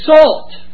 salt